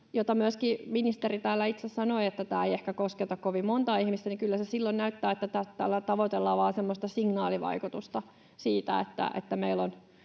mistä myöskin ministeri täällä itse sanoi, että tämä ei ehkä kosketa kovin montaa ihmistä, ja kyllä silloin näyttää siltä, että tällä tavoitellaan vain semmoista signaalivaikutusta siitä, että meillä on